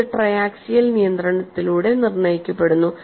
ഇത് triaxial നിയന്ത്രണത്തിലൂടെ നിർണ്ണയിക്കപ്പെടുന്നു